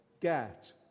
get